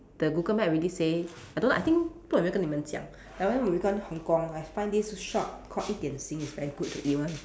the Google map already say I don't know I think 不懂有没有跟你们讲 that time we went Hong-Kong I find this shop called 一点心 it's very good to eat one